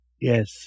Yes